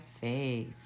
faith